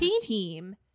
team